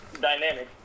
dynamic